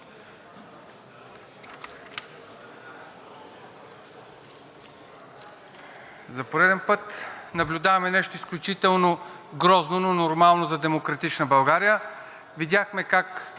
За пореден път наблюдаваме нещо изключително грозно, но нормално за „Демократична България“. Видяхме как